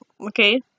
okay